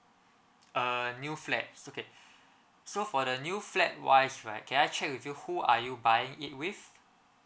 a new flats okay so for the new flat wise right can I check with you who are you buying it with